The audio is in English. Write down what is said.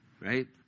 Right